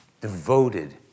devoted